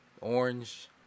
orange